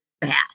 bad